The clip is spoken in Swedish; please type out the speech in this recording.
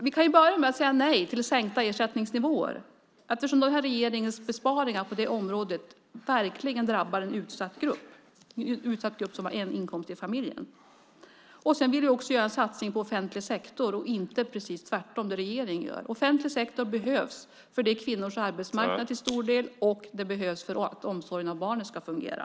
Vi kan börja med att säga nej till sänkta ersättningsnivåer, eftersom den här regeringens besparingar på det området verkligen drabbar en utsatt grupp som har en inkomst i familjen. Sedan vill vi också göra en satsning på offentlig sektor och inte precis tvärtom som regeringen gör. Offentlig sektor behövs för den är kvinnors arbetsmarknad till stor del, och den behövs för att omsorgen om barnen ska fungera.